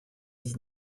dix